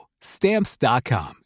Stamps.com